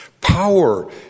Power